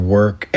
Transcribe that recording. work